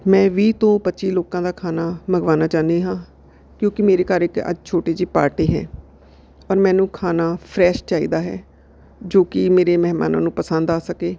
ਮੈਂ ਵੀਹ ਤੋਂ ਪੱਚੀ ਲੋਕਾਂ ਦਾ ਖਾਣਾ ਮੰਗਵਾਉਣਾ ਚਾਹੁੰਦੀ ਹਾਂ ਕਿਉਂਕਿ ਮੇਰੇ ਘਰ ਇੱਕ ਅੱਜ ਛੋਟੀ ਜਿਹੀ ਪਾਰਟੀ ਹੈ ਔਰ ਮੈਨੂੰ ਖਾਣਾ ਫਰੈਸ਼ ਚਾਹੀਦਾ ਹੈ ਜੋ ਕਿ ਮੇਰੇ ਮਹਿਮਾਨਾਂ ਨੂੰ ਪਸੰਦ ਆ ਸਕੇ